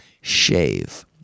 shave